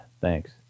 thanks